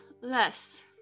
less